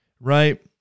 Right